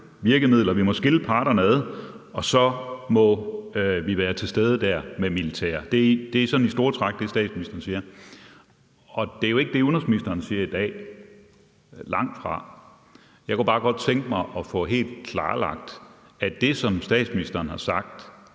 virkemidler. Vi må skille parterne ad. Og så må vi være til stede der.« Vi må være til stede med militær. Det er sådan i store træk det, statsministeren siger, og det er jo ikke det, udenrigsministeren siger i dag – langtfra. Jeg kunne bare godt tænke mig at få helt klarlagt: Er det, som statsministeren har sagt,